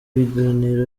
biganiro